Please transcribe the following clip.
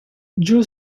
joe